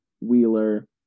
Wheeler